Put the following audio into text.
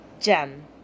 Gem